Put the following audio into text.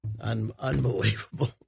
unbelievable